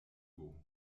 vigo